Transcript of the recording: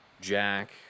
Jack